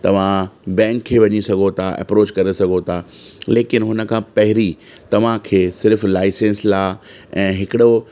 तव्हां बैंक खे वञी सघो था एप्रोच करे सघो था लेकिनि हुन खां पहिरीं तव्हांखे सिर्फ़ु लाईसंस लाइ ऐं हिकिड़ो